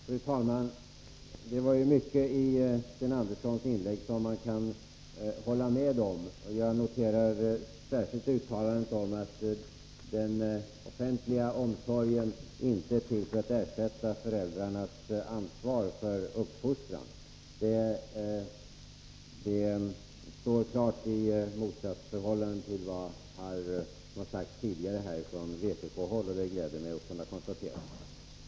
Fru talman! Det var mycket i Sten Anderssons inlägg som jag kan hålla med om. Jag noterar särskilt uttalandet om att den offentliga omsorgen inte är till för att ersätta föräldrarnas ansvar för uppfostran. Detta står klart i motsatsförhållande till vad som har sagts tidigare från vpk-håll. Det gläder mig att kunna konstatera det.